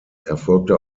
erfolgte